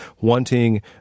wanting